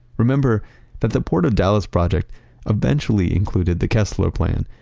remember that the port of dallas project eventually included the kessler plan,